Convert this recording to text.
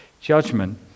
judgment